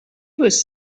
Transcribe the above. was